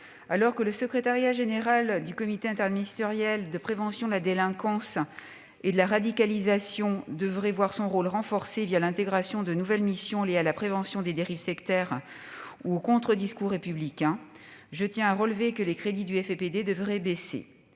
Alors que le secrétariat général du comité interministériel de prévention de la délinquance et de la radicalisation devrait voir son rôle renforcé l'intégration de nouvelles missions liées à la prévention des dérives sectaires et au « contre discours républicain », je tiens à relever que les crédits du FIPD devraient baisser.